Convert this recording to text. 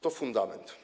To fundament.